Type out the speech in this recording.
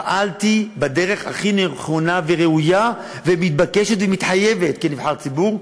פעלתי בדרך הכי נכונה וראויה ומתבקשת ומתחייבת כנבחר ציבור,